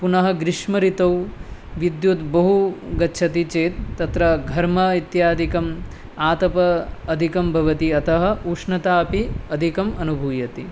पुनः ग्रीष्मर्तौ विद्युत् बहु गच्छति चेत् तत्र घर्म इत्यादीकम् आतपं अधिकं भवति यतः उष्णता अपि अधिकम् अनुभूयते